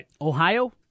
Ohio